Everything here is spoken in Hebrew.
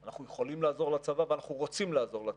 אנחנו יכולים לעזור לצבא ואנחנו רוצים לעזור לצבא,